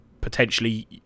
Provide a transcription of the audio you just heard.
potentially